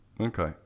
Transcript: Okay